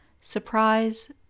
surprise